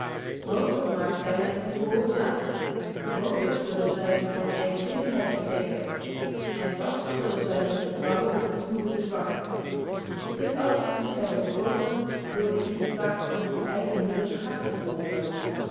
mooglyk maakt gy hen ongehoorzaam mooglyk zullen zy u van eigenzinnigheid verdenken en vast zullen zy hun vertrouwen op u voelen verzwakken dit alles kunt gy vrkomen door de inspraakvan uw eigen moederlyk hart te volgen